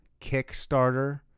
Kickstarter